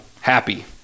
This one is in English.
happy